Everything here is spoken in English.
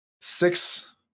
six